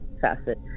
facet